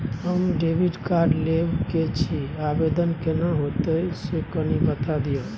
हम debit card लेब के छि, आवेदन केना होतै से कनी बता दिय न?